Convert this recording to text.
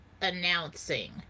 announcing